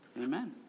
amen